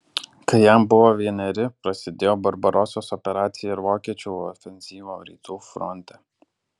kai jam buvo vieneri prasidėjo barbarosos operacija ir vokiečių ofenzyva rytų fronte